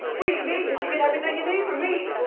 we eat meat cause you get everything you need from meat.